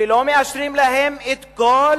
ולא מאשרים להם את כל